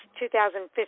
2015